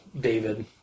David